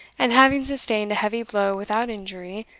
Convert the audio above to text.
and having sustained a heavy blow without injury,